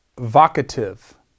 vocative